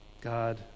God